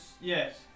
Yes